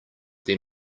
then